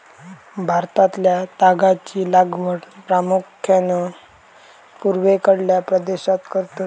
भारतातल्या तागाची लागवड प्रामुख्यान पूर्वेकडल्या प्रदेशात करतत